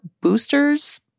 boosters